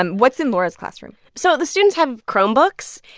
and what's in laura's classroom? so the students have chromebooks,